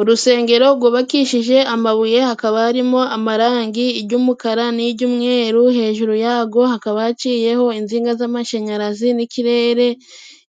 Urusengero gubakishije amabuye hakaba harimo amarangi ijy'umukara n'ijyumweru, hejuru yago hakaba haciyeho inzinga z'amashanyarazi n'ikirere,